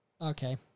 Okay